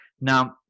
Now